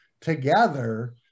together